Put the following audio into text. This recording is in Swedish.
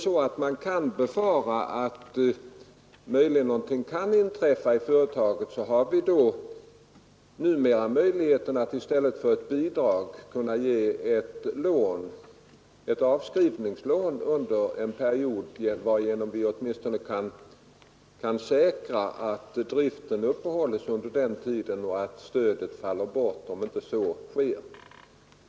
Kan man befara att någonting möjligen skall inträffa i företaget har vi numera möjligheter att i stället för ett bidrag ge ett avskrivningslån under en period. Därigenom kan vi åtminstone säkra uppehållande av driften under den tiden, eftersom stödet faller bort om inte så sker.